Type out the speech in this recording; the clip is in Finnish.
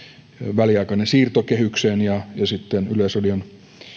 väliaikainen siirto kehykseen ja sitten yleisradion